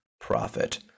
profit